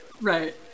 Right